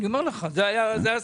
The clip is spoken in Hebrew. זה הסיפור.